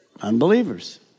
Unbelievers